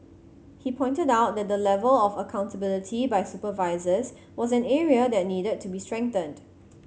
he pointed out that the level of accountability by supervisors was an area that needed to be strengthened